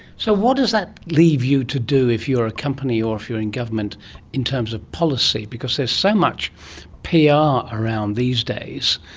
so what does that leave you to do if you are a company or if you are in government in terms of policy? because there's so much pr um around these days,